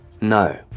No